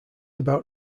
about